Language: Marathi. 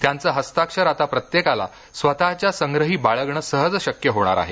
त्यांचं हस्ताक्षर आता प्रत्येकाला स्वतःच्या संग्रही बाळगण सहज शक्य होणार आहे